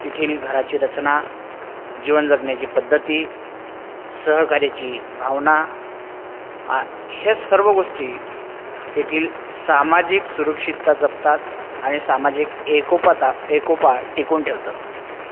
तेथील घराची रचना जीवन जगण्याची पद्धती सहकार्याची भावना आ हे सर्व गोष्टी तेथील सामाजिक सुरक्षितता जपतात आणि सामाजिक एकोपाता एकोपा टिकून ठेवतात